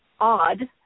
odd